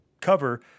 cover